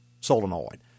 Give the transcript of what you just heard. solenoid